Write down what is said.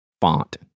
font